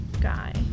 guy